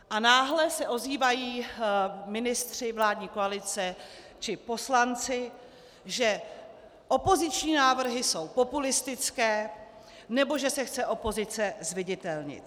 A náhle se ozývají ministři vládní koalice či poslanci, že opoziční návrhy jsou populistické, nebo že se chce opozice zviditelnit.